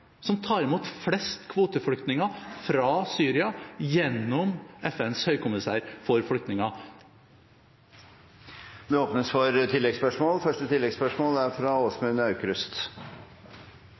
som tar imot flest kvoteflyktninger fra Syria gjennom FNs høykommissær for flyktninger. Det åpnes for oppfølgingsspørsmål – først Åsmund Aukrust. Jeg merker at utenriksministeren er